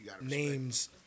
names